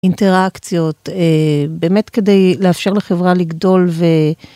אינטראקציות, באמת כדי לאפשר לחברה לגדול ו...